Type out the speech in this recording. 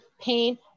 pain